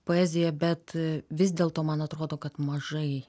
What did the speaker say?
poeziją bet vis dėl to man atrodo kad mažai